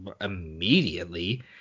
immediately